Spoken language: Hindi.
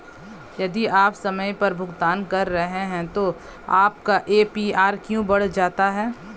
यदि आप समय पर भुगतान कर रहे हैं तो आपका ए.पी.आर क्यों बढ़ जाता है?